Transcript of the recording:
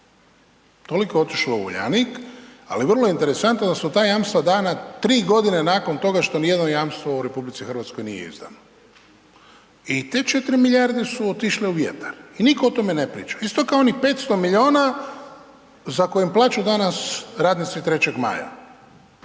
Toliko je otišlo u Uljanik, ali vrlo interesantno da su ta jamstva dana 3 godine nakon toga što nijedno jamstvo u RH nije izdano i te 4 milijarde su otišle u vjetar i nitko o tome ne priča, isto kao ni 500 milijuna za kojim plaću danas radnici 3. Maja